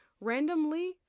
randomly